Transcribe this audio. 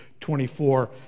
24